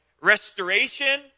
restoration